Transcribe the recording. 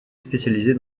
spécialisée